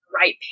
right